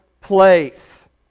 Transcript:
place